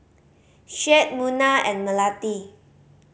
Syed Munah and Melati